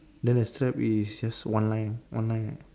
then the strap is just one line one line right